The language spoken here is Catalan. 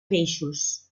peixos